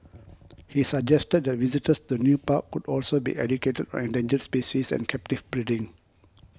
he suggested that visitors the new park could also be educated on endangered species and captive breeding